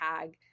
tag